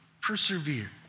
persevere